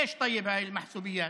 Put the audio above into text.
(אומר בערבית: למה הפרוטקציות האלה?